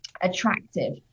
attractive